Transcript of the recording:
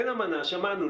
שמענו.